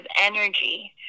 energy